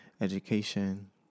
education